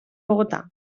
bogotà